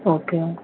okay